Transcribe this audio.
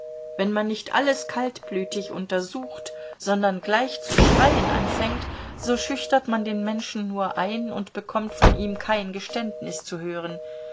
wenn man nicht alles kaltblütig untersucht sondern gleich zu schreien anfängt so schüchtert man den menschen nur ein und bekommt von ihm kein geständnis zu hören